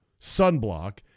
sunblock